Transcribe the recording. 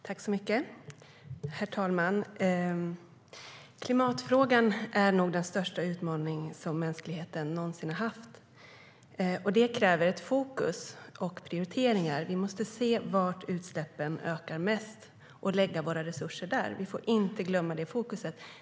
Herr talman! Klimatfrågan är nog den största utmaning som mänskligheten någonsin har haft, och det kräver fokus och prioriteringar. Vi måste se var utsläppen ökar mest och lägga våra resurser där. Vi får inte glömma det fokuset.